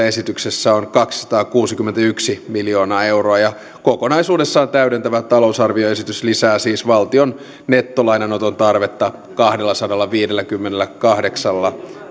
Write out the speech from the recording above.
esityksessä on kaksisataakuusikymmentäyksi miljoonaa euroa kokonaisuudessaan täydentävä talousarvioesitys lisää siis valtion nettolainanoton tarvetta kahdellasadallaviidelläkymmenelläkahdeksalla